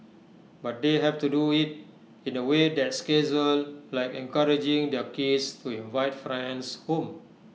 but they have to do IT in A way that's casual like encouraging their kids to invite friends home